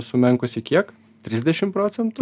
sumenkusi kiek trisdešim procentų